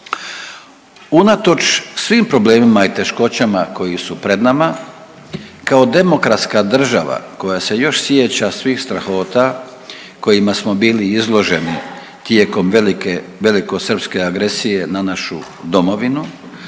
Unatoč svim problemima i teškoćama koji su pred nama kao demokratska država koja se još sjeća svih strahota kojima smo bili izloženi tijekom velike velikosrpske agresije na našu domovinu